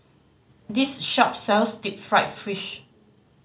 this shop sells deep fried fish